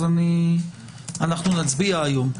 נצביע היום,